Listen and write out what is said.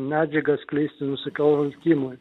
medžiagas kleisti nusikaltimui